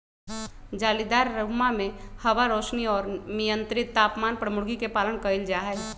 जालीदार रुम्मा में हवा, रौशनी और मियन्त्रित तापमान पर मूर्गी के पालन कइल जाहई